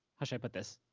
i put this?